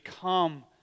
Come